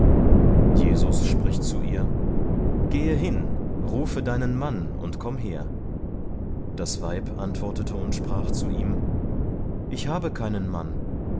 jesus spricht zu ihr gehe hin rufe deinen mann und komm her das weib antwortete und sprach zu ihm ich habe keinen mann